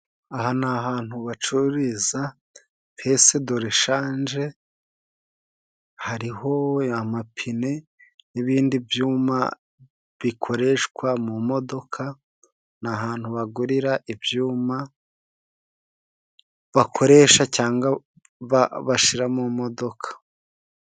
Aha ni ahantu bacururiza piyesedoreshanje, hariho amapine n'ibindi byuma bikoreshwa mu modoka, ni ahantu bagurira ibyuma bakoresha cyangwa bashira mu modoka.